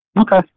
Okay